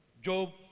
Job